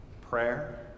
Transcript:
Prayer